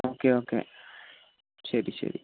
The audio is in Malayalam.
ഓക്കെ ഓക്കെ ശരി ശരി